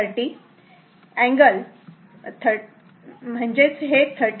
47 angle 59